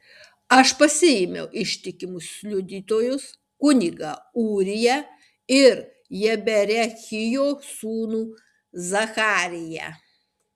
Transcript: aš pasiėmiau ištikimus liudytojus kunigą ūriją ir jeberechijo sūnų zachariją